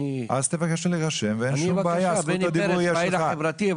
אני פעיל חברתי,